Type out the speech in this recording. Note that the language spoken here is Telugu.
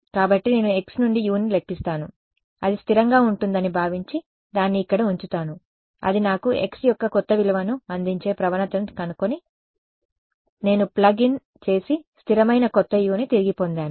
కాబట్టి నేను x నుండి Uని లెక్కిస్తాను అది స్థిరంగా ఉంటుందని భావించి దాన్ని ఇక్కడ ఉంచుతాను అది నాకు x యొక్క కొత్త విలువను అందించే ప్రవణత ను కనుగొని నేను ప్లగ్ ఇన్ చేసి స్థిరమైన కొత్త Uని తిరిగి పొందాను